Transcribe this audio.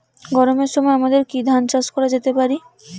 গরমের সময় আমাদের কি ধান চাষ করা যেতে পারি?